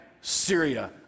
Syria